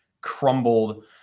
crumbled